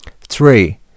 three